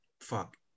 Fuck